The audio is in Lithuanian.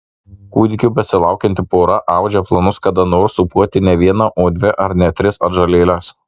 kūdikio besilaukianti pora audžia planus kada nors sūpuoti ne vieną o dvi ar net tris atžalėles